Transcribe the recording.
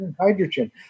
hydrogen